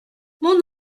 mon